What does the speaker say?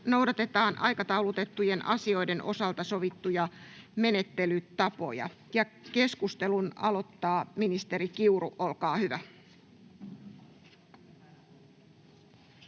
noudatetaan aikataulutettujen asioiden osalta sovittuja menettelytapoja. — Keskustelun aloittaa ministeri Kiuru. Olkaa hyvä. [Speech